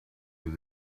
did